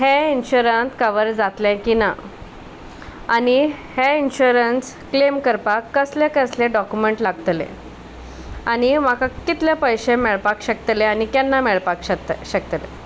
हें insurance cover जातलें की ना आनी हें इन्शुरस क्लेम करपाक कसले कसले डॉक्युमेंट लागतले आनी म्हाका कितले पयशे मेळपाक शकतले आनी केन्ना मेळपाक शकता शकतले